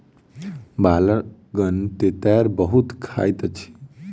बालकगण तेतैर बहुत खाइत अछि